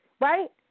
right